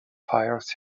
fires